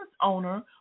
owner